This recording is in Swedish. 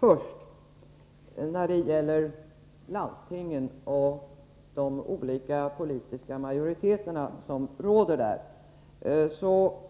Herr talman! När det gäller landstingen och de olika politiska majoriteter som råder där